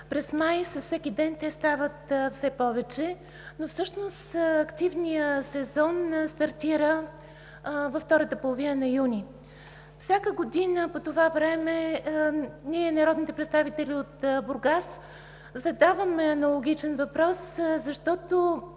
През май с всеки ден те стават все повече, но всъщност активният сезон стартира във втората половина на юни. Всяка година по това време ние, народните представители от Бургас, задаваме аналогичен въпрос, защото